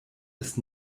ist